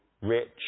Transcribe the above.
rich